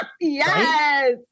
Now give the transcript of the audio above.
Yes